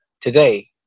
today